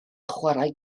chwarae